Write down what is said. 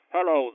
Hello